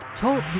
Talk